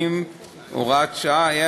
120 והוראת שעה),